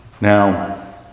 Now